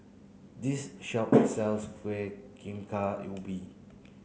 this shop sells Kueh Bingka Ubi